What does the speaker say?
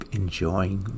enjoying